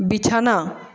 বিছানা